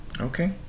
okay